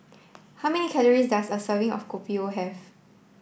how many calories does a serving of Kopi O have